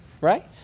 right